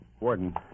Warden